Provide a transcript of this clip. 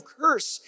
curse